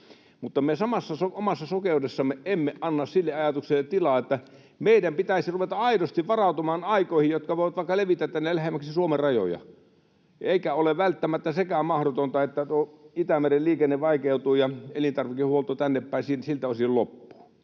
Mutta me omassa sokeudessamme emme anna sille ajatukselle tilaa, että meidän pitäisi ruveta aidosti varautumaan aikoihin, jotka voivat vaikka levitä tänne lähemmäksi Suomen rajoja. Eikä ole välttämättä sekään mahdotonta, että tuo Itämeren liikenne vaikeutuu ja elintarvikehuolto tänne päin siltä osin loppuu.